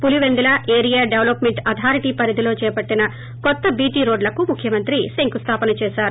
Pulivendula area development authority పరిధిలో చేపట్టిన కొత్త బీటీ రోడ్లకు ముఖ్యమంత్రి శంకుస్లాపన చేసారు